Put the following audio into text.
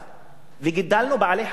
וגידלנו בעלי-חיים בבית,